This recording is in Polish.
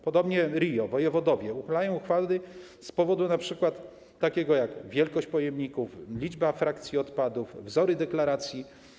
Podobnie RIO, wojewodowie uchylają uchwały z powodu np. takiego jak wielkość pojemników, liczba frakcji odpadów, wzory deklaracji.